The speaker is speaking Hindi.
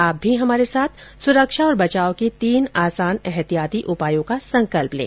आप भी हमारे साथ सुरक्षा और बचाव के तीन आसान एहतियाती उपायों का संकल्प लें